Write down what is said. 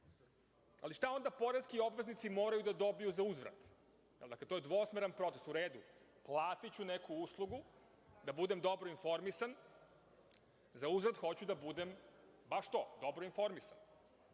Ali, šta onda poreski obveznici moraju da dobiju zauzvrat? To je dvosmeran proces. U redu, platiću neku uslugu da budem dobro informisan, zauzvrat hoću da budem baš to, dobro informisan. Šta